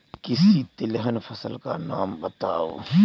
किसी तिलहन फसल का नाम बताओ